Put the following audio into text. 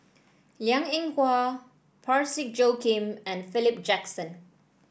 Liang Eng Hwa Parsick Joaquim and Philip Jackson